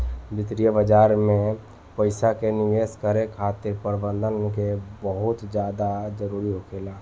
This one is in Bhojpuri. वित्तीय बाजार में पइसा के निवेश करे खातिर प्रबंधन के बहुत ज्यादा जरूरी होखेला